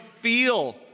feel